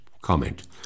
comment